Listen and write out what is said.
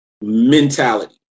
mentality